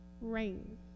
rain